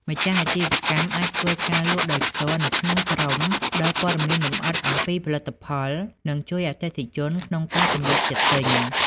ម្ចាស់អាជីវកម្មអាចធ្វើការលក់ដោយផ្ទាល់នៅក្នុងក្រុម ផ្ដល់ព័ត៌មានលម្អិតអំពីផលិតផល និងជួយអតិថិជនក្នុងការសម្រេចចិត្តទិញ។